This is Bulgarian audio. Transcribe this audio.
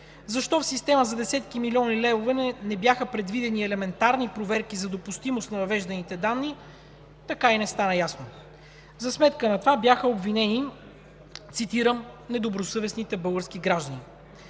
Защо в система за десетки милиони левове не бяха предвидени елементарни проверки за допустимост на въвежданите данни така и не стана ясно. За сметка на това бяха обвинени – цитирам: „недобросъвестните български граждани“.